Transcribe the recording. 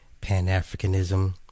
Pan-Africanism